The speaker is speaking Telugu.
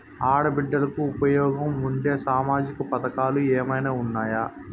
ఆడ బిడ్డలకు ఉపయోగం ఉండే సామాజిక పథకాలు ఏమైనా ఉన్నాయా?